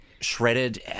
Shredded